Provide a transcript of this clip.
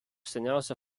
seniausių